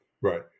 right